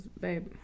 babe